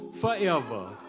forever